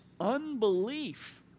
unbelief